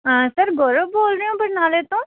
ਹਾਂ ਸਰ ਗੌਰਵ ਬੋਲ ਰਹੇ ਹੋ ਬਰਨਾਲੇ ਤੋਂ